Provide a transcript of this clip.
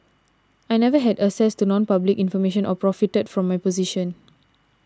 I never had access to nonpublic information or profited from my position